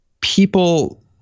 people